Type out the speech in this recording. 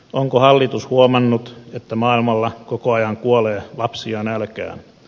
onko hallitus huomannut että maailmalla koko ajan kuolee lapsia nälkään